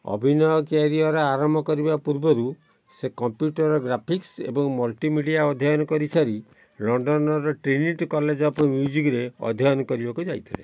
ଅଭିନୟ କ୍ୟାରିଅର୍ ଆରମ୍ଭ କରିବା ପୂର୍ବରୁ ସେ କମ୍ପ୍ୟୁଟର୍ ଗ୍ରାଫିକ୍ସ ଏବଂ ମଲ୍ଟିମିଡ଼ିଆ ଅଧ୍ୟୟନ କରିସାରି ଲଣ୍ଡନର ଟ୍ରିନିଟି କଲେଜ ଅଫ୍ ମ୍ୟୁଜିକ୍ରେ ଅଧ୍ୟୟନ କରିବାକୁ ଯାଇଥିଲେ